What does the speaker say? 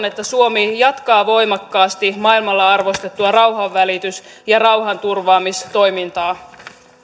että suomi jatkaa voimakkaasti maailmalla arvostettua rauhanvälitys ja rauhanturvaamistoimintaa